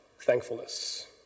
thankfulness